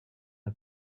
are